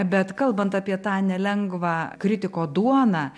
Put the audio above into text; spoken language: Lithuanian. bet kalbant apie tą nelengvą kritiko duoną